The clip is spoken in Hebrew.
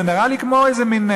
זה נראה לי כמו איזה מין,